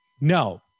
no